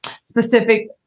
specific